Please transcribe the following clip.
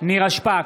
בהצבעה נירה שפק,